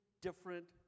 different